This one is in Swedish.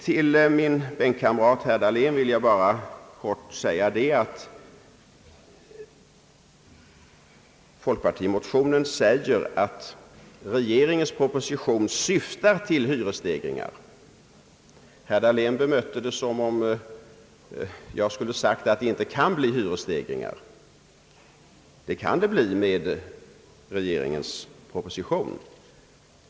Till min bänkkamrat, herr Dahlén, vill jag bara helt kort säga att i folkpartimotionen framhålles att regeringens proposition syftar till hyresstegringar. Herr Dahlén bemötte detta såsom om jag hade sagt att det inte kan bli hyresstegringar. Det kan det bli med regeringens proposition.